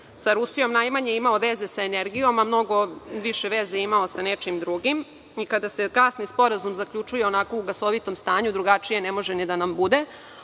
sa Rusijom, najmanje imao veze sa energijom, a mnogo više veze je imao sa nečim drugim. I kada se kasni sporazum zaključuje onako u gasovitom stanju, drugačije ne može ni da nam bude,